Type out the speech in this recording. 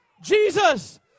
Jesus